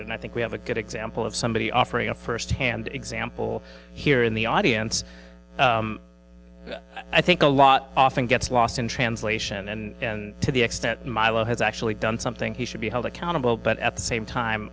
out and i think we have a good example of somebody offering a first hand example here in the audience i think a lot often gets lost in translation and to the extent milo has actually done something he should be held accountable but at the same time